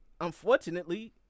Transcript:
unfortunately